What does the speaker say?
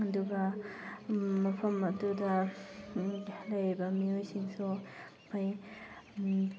ꯑꯗꯨꯒ ꯃꯐꯝ ꯑꯗꯨꯗ ꯂꯩꯔꯤꯕ ꯃꯤꯑꯣꯏꯁꯤꯡꯁꯨ ꯐꯩ